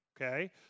okay